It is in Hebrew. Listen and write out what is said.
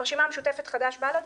הרשימה המשותפת חד"ש בל"ד?